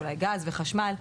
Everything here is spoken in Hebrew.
אולי גז וחשמל,